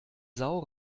sau